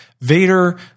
Vader